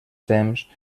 temps